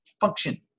function